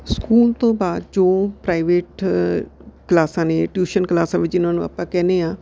school ਤੋਂ ਬਾਅਦ ਜੋ ਪ੍ਰਾਈਵੇਟ ਕਲਾਸਾਂ ਨੇ ਟਿਊਸ਼ਨ ਕਲਾਸਾਂ ਵੀ ਜਿਹਨਾਂ ਨੂੰ ਆਪਾਂ ਕਹਿੰਦੇ ਹਾਂ